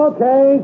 Okay